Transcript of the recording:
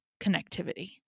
connectivity